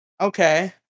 Okay